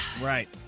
right